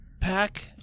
pack